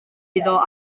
iddo